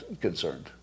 concerned